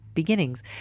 beginnings